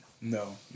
No